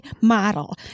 model